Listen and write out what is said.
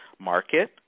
market